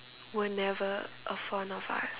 were never a fond of us